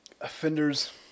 offenders